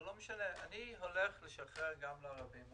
אבל לא משנה, אני הולך לשחרר גם לערבים.